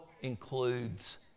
includes